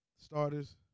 starters